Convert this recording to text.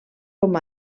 com